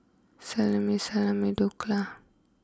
Salami Salami Dhokla